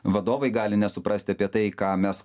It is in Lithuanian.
vadovai gali nesuprasti apie tai ką mes